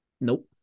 Nope